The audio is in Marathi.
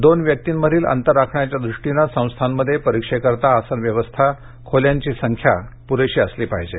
दोन व्यक्तिंमधील अंतर राखण्याच्या द्रष्टिनं संस्थांमध्ये परीक्षेकरिता आसन व्यवस्था खोल्यांची संख्या प्रेशी असली पाहिजे